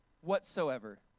whatsoever